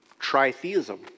tritheism